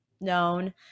known